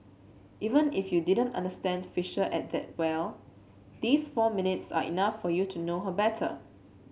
even if you didn't understand Fisher at that well these four minutes are enough for you to know her better